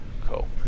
Cool